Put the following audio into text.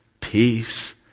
peace